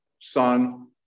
Son